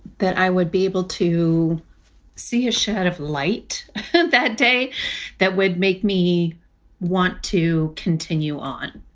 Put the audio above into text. that i would be able to see a shed of light that day that would make me want to continue on,